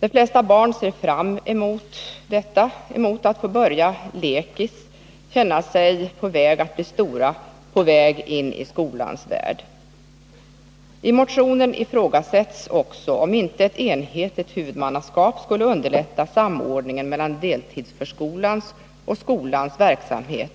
De flesta barn ser fram emot detta, emot att få börja lekis, känna sig på väg att bli stora, på väg in i skolans värld. I motionen ifrågasätts också om inte ett enhetligt huvudmannaskap skulle underlätta samordningen mellan deltidsförskolans och skolans verksamhet